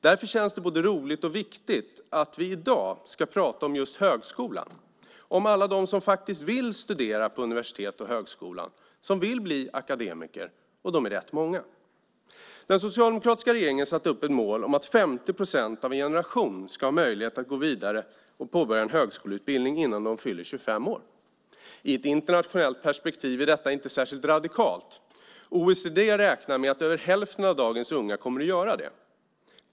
Därför känns det både roligt och viktigt att vi i dag ska prata om just högskolan och om alla dem som faktiskt vill studera på universitet och högskola och som vill bli akademiker. De är rätt många. Den socialdemokratiska regeringen satte upp ett mål om att 50 procent av en generation ska ha möjlighet att gå vidare och påbörja en högskoleutbildning innan de fyller 25 år. I ett internationellt perspektiv är det inte särskilt radikalt. OECD räknar med att över hälften av dagens unga kommer att göra det.